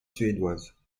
suédoise